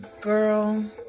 girl